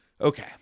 okay